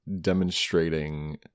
demonstrating